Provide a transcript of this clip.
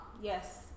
yes